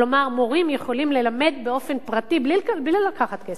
כלומר מורים יכולים ללמד באופן פרטי בלי לקחת כסף,